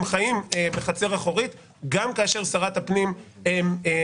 חיים בחצר אחורית גם כאשר שרת הפנים מבטיחה.